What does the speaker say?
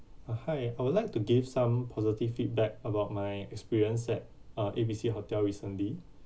uh hi I would like to give some positive feedback about my experience at uh A B C hotel recently